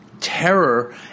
terror